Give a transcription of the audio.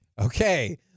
Okay